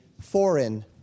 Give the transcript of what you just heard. foreign